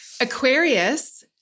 Aquarius